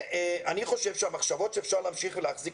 "אני חושב שהמחשבות שאפשר להמשיך ולהצדיק